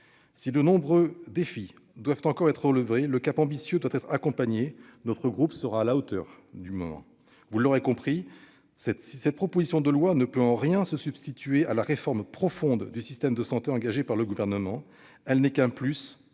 Si de nombreux défis doivent encore être relevés, le cap ambitieux qui a été choisi doit être accompagné ! Notre groupe sera à la hauteur du moment. Vous l'aurez compris : cette proposition de loi ne saurait en rien se substituer à la réforme profonde du système de santé engagée par le Gouvernement. Elle n'est qu'un « plus